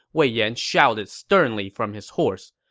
wei yan shouted sternly from his horse.